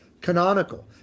canonical